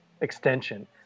extension